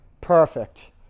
Perfect